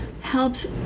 helps